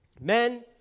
Men